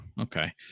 Okay